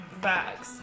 Facts